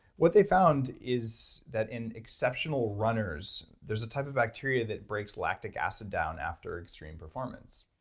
what they found is that in exceptional runners there's a type of bacteria that breaks lactic acid down after extreme performance,